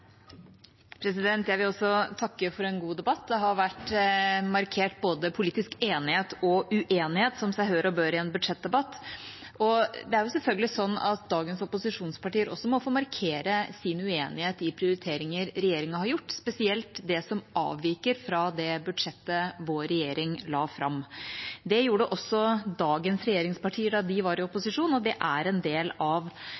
Jeg vil også takke for en god debatt. Det har vært markert både politisk enighet og politisk uenighet, som seg hør og bør i en budsjettdebatt. Det er selvfølgelig sånn at dagens opposisjonspartier også må få markere sin uenighet i prioriteringer regjeringa har gjort, spesielt det som avviker fra det budsjettet vår regjering la fram. Det gjorde også dagens regjeringspartier da de var i